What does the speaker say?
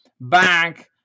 bank